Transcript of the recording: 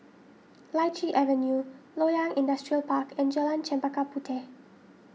Lichi Avenue Loyang Industrial Park and Jalan Chempaka Puteh